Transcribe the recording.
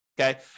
okay